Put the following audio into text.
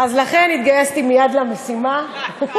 לכן התגייסתי מייד למשימה.